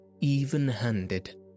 even-handed